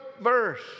verse